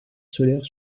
solaire